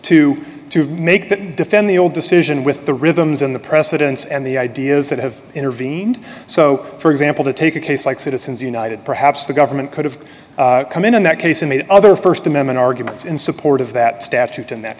to make that defend the old decision with the rhythms in the precedents and the ideas that have intervened so for example to take a case like citizens united perhaps the government could have come in on that case in the other st amendment arguments in support of that statute in that